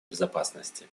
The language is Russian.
безопасности